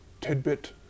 tidbit